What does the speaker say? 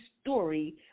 story